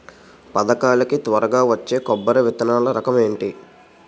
పథకాల కి త్వరగా వచ్చే కొబ్బరి విత్తనాలు రకం ఏంటి?